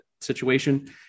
situation